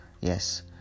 Yes